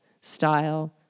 style